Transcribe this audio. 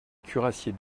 cuirassiers